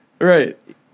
right